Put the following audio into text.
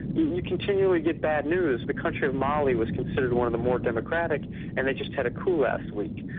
you continually get bad news. the country of mali was considered one of the more democratic and they just had a coup last week.